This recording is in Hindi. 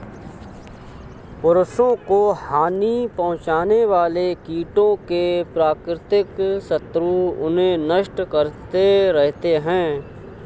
फसलों को हानि पहुँचाने वाले कीटों के प्राकृतिक शत्रु उन्हें नष्ट करते रहते हैं